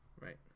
Right